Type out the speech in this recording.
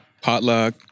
Potluck